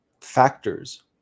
factors